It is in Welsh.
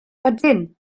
ydyn